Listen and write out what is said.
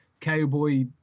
cowboy